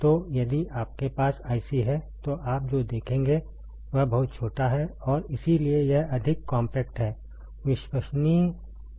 तो यदि आपके पास आईसी है तो आप जो देखेंगे वह बहुत छोटा है और इसीलिए यह अधिक कॉम्पैक्ट है विश्वसनीय यह अधिक विश्वसनीय है